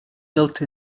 built